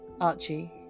Archie